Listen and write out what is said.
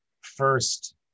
first